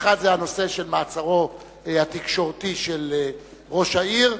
האחד זה הנושא של מעצרו התקשורתי של ראש העיר,